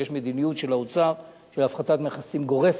מכיוון שיש מדיניות של האוצר של הפחתת מכסים גורפת,